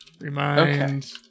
Remind